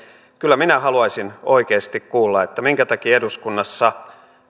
kyllä minä haluaisin oikeasti kuulla minkä takia eduskunnassa